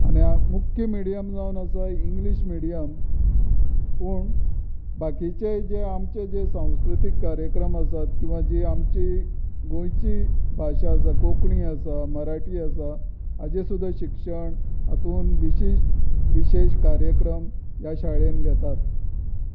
आनी मुख्य मिडयम जावन आसा इंग्लीश मिडयम पूण बाकिचें जें आमचें जें संस्कृतीक कार्यक्रम आसात किंवा जी आमची गोंयची भाशा आसा कोंकणी आसा मराठी आसा हाजेर सुद्दां शिक्षण हांतूंत विशिश विशेश कार्यक्रम ह्या शाळेंत घेतात